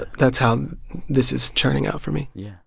but that's how um this is turning out for me yeah,